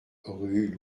rue